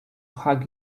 hug